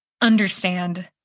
understand